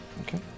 Okay